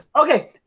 Okay